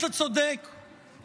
אתה צודק,